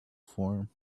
form